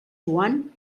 joan